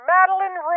Madeline